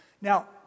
Now